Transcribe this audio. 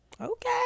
Okay